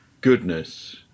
goodness